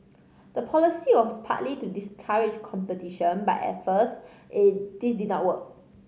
the policy was partly to discourage competition but at first this did not work